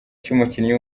cy’umukinnyi